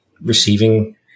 receiving